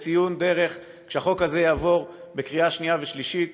כשהחוק הזה יעבור בקריאה שנייה ושלישית